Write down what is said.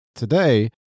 Today